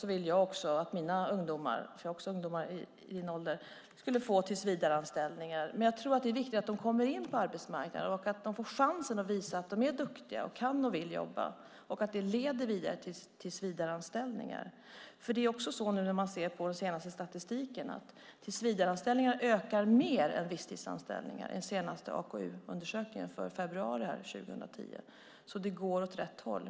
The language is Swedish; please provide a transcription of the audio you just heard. Jag vill också att mina ungdomar - jag har också ungdomar - ska få tillsvidareanställningar. Jag tror dock att det är viktigt att de kommer in på arbetsmarknaden och får chansen att visa att de är duktiga och att de kan och vill jobba, så att det leder vidare till tillsvidareanställningar. Det är nämligen också så, vilket man ser på den senaste statistiken, att tillsvidareanställningarna ökar mer än visstidsanställningar. Det visar den senaste AKU-undersökningen, från februari 2011. Det går alltså åt rätt håll.